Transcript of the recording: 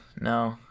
no